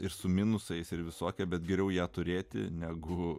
ir su minusais ir visokia bet geriau ją turėti negu